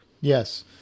Yes